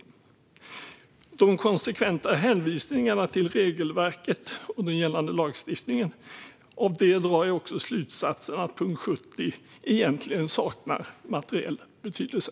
Av de konsekventa hänvisningarna till regelverket och den gällande lagstiftningen drar jag också slutsatsen att punkt 70 egentligen saknar materiell betydelse.